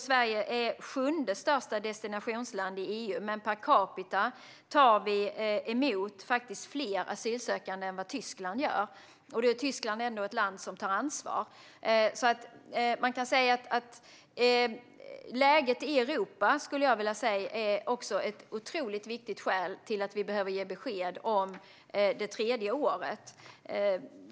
Sverige är sjunde största destinationsland i EU, men per capita tar vi emot fler asylsökande än vad Tyskland gör - och då är Tyskland ändå ett land som tar ansvar. Läget i Europa är också ett viktigt skäl till att vi behöver ge besked om det tredje året.